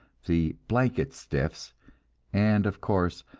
the blanket stiffs and, of course,